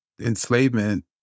enslavement